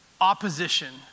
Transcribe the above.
opposition